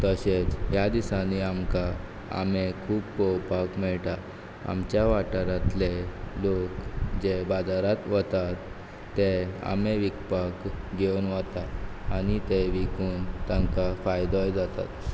तशेंच ह्या दिसांनी आमकां आंबे खूब पोळोवपाक मेळटा आमच्या वाठारातले लोक जे बाजारात वतात ते आंबे विकपाक घेवन वतात आनी ते विकून तांकां फायदोय जातात